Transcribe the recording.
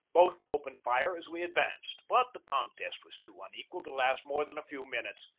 both opened fire as we advanced. but the contest was too unequal to last more than a few minutes.